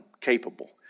capable